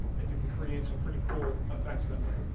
and you can create some pretty cool effects that way.